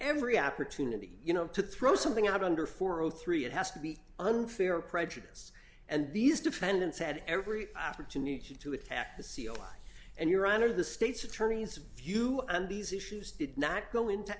every opportunity you know to throw something out under four o three it has to be unfair prejudice and these defendants had every opportunity to attack the c e o and your honor the state's attorney's view on these issues did not go into